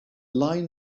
line